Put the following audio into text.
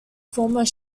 former